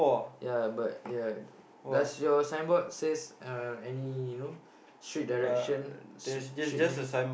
ya but ya does your signboard says uh any you know street direction street street name